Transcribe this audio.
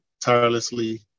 tirelessly